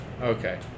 Okay